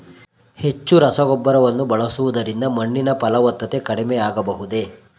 ಹೆಚ್ಚು ರಸಗೊಬ್ಬರವನ್ನು ಬಳಸುವುದರಿಂದ ಮಣ್ಣಿನ ಫಲವತ್ತತೆ ಕಡಿಮೆ ಆಗಬಹುದೇ?